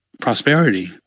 prosperity